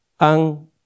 ang